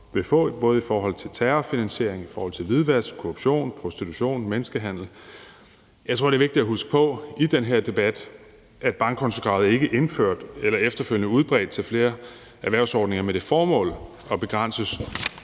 vil få, både i forhold til terrorfinansiering, hvidvask, korruption, prostitution og menneskehandel. Jeg tror, det er vigtigt at huske på i den her debat, at bankkontokravet er indført og efterfølgende udbredt til flere erhvervsordninger med det formål at begrænse